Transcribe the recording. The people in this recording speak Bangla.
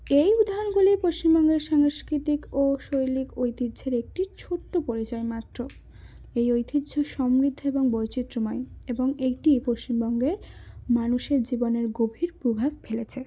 এই উদাহরণগুলি পশ্চিমবঙ্গের সাংস্কৃতিক ও শৈলিক ঐতিহ্যের একটি ছোট্ট পরিচয় মাত্র এই ঐতিহ্য সমৃদ্ধ এবং বৈচিত্র্যময় এবং এটি পশ্চিমবঙ্গের মানুষের জীবনে গভীর প্রভাব ফেলেছে